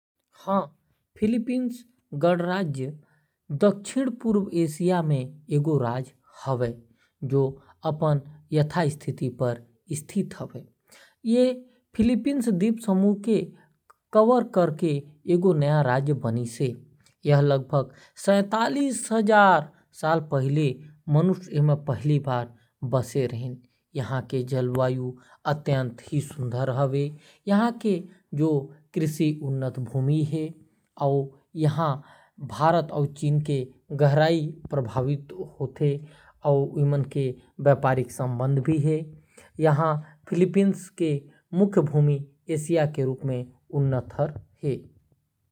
फिलीपींस म करीबन सैंतालीस हजार बछर पहिली मनखे मन बसे रिहीन। बछर पन्द्रह सौ इक्कीस म खोजकर्ता फर्डिनेंड मैगेलन फिलीपींस पहुंचीन। पंद्रह सो चियालीस म स्पेन के general Miguel Lopez de Legazpi ह फिलीपींस म आक्रमण करिन। स्पेन ह फिलीपींस म शासन करिन अउ कैथोलिक धर्म के प्रचार करिन। फिलीपीन क्रांति के शुरूआत अठारह सो छियानवे म होए रिहिस। अठारह सो अन्थानबे म स्पेनिश-अमेरिकी युद्ध होइस अउ स्पेन ह फिलीपींस ल अमेरिका ल दे दीस।